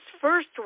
first